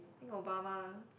I think Obama